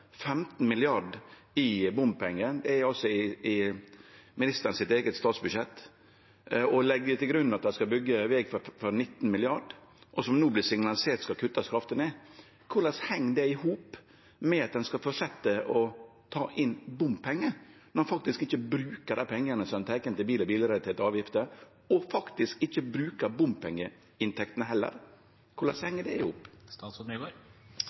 15 mrd. kr i bompengar, det står altså i ministeren sitt eige statsbudsjett – og legg til grunn at ein skal byggje veg for 19 mrd. kr, som no blir signalisert skal kuttast kraftig? Korleis heng det i hop at ein skal fortsetje å ta inn bompengar, når ein faktisk ikkje brukar dei pengane ein tek inn i bil- og bilrelaterte avgifter, og faktisk ikkje brukar bompengeinntektene heller? Korleis det